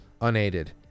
unaided